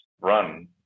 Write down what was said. run